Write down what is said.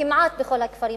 כמעט בכל הכפרים,